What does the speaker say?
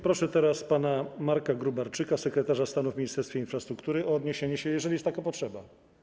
Proszę teraz pana Marka Gróbarczyka, sekretarza stanu w Ministerstwie Infrastruktury, o odniesienie się, jeżeli jest taka potrzeba.